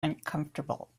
uncomfortable